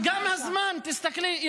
גם הזמן, תסתכלי.